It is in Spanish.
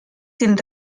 sin